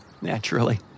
Naturally